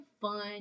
fun